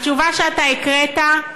התשובה שאתה הקראת,